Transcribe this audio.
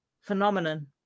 phenomenon